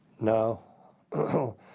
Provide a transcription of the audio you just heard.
No